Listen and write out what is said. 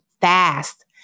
fast